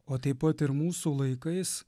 o taip pat ir mūsų laikais